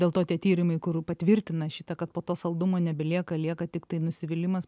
dėl to tie tyrimai kur patvirtina šitą kad po to saldumo nebelieka lieka tiktai nusivylimas